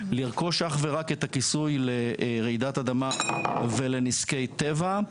לרכוש אך ורק את הכיסוי לרעידת אדמה ולנזקי טבע.